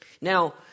Now